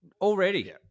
Already